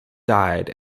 died